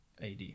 AD